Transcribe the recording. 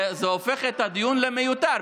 זה הופך את הדיון למיותר.